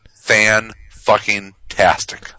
fan-fucking-tastic